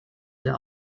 der